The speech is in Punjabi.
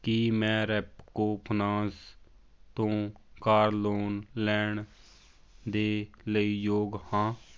ਕੀ ਮੈਂ ਰੈਪਕੋ ਫਨਾਂਸ ਤੋਂ ਕਾਰ ਲੋਨ ਲੈਣ ਦੇ ਲਈ ਯੋਗ ਹਾਂ